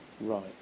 right